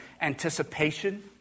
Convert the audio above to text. anticipation